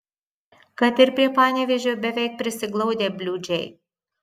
kad ir prie panevėžio beveik prisiglaudę bliūdžiai